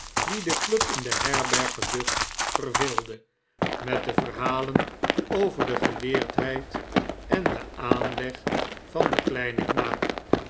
die de club in de herberg geducht verveelde met de verhalen over de geleerdheid en den aanleg van den kleinen knaap